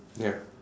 ya